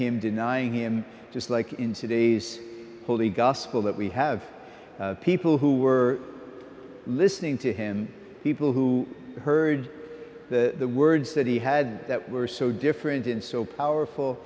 him denying him just like in today's holy gospel that we have people who were listening to him people who heard the words that he had that were so different in so powerful